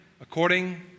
according